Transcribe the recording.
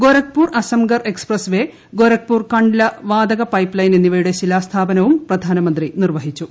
Gorakhpur Azamgarh expressway Gorakhpur Kandla വാതക pipeline എന്നിവയുടെ ശിലാസ്ഥാപനവും പ്രധാനമന്ത്രി നിർവ്വഹിച്ചു